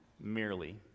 Merely